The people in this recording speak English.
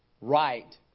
right